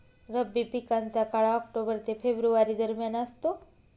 रब्बी पिकांचा काळ ऑक्टोबर ते फेब्रुवारी दरम्यान असतो